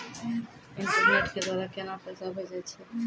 Internet के द्वारा केना पैसा भेजय छै?